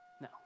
No